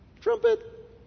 Trumpet